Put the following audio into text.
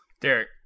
Derek